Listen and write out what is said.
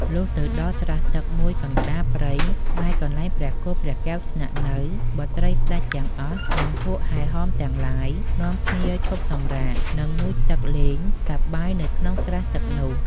លុះទៅដល់ស្រះទឹកមួយកណ្ដាលព្រៃក្បែរកន្លែងព្រះគោព្រះកែវស្នាក់នៅ បុត្រីស្ដេចទាំងអស់ និងពួកហែហមទាំងឡាយនាំគ្នាឈប់សម្រាក និងងូតទឹកលេងសប្បាយនៅក្នុងស្រះទឹកនោះ។